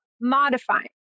modifying